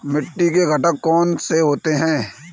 मिट्टी के घटक कौन से होते हैं?